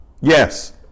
yes